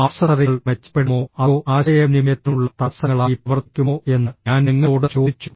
ആക്സസറികൾ മെച്ചപ്പെടുമോ അതോ ആശയവിനിമയത്തിനുള്ള തടസ്സങ്ങളായി പ്രവർത്തിക്കുമോ എന്ന് ഞാൻ നിങ്ങളോട് ചോദിച്ചു